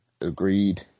Agreed